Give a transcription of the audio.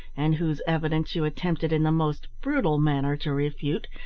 and whose evidence you attempted in the most brutal manner to refute,